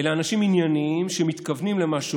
אלה אנשים ענייניים שמתכוונים למה שאומרים,